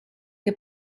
che